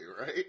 right